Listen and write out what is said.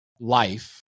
life